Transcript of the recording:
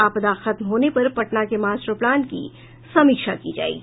आपदा खत्म होने पर पटना के मास्टर प्लान की समीक्षा की जायेगी